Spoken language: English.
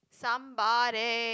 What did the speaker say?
somebody